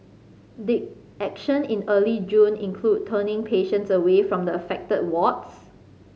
did action in early June include turning patients away from the affected wards